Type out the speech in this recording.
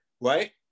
right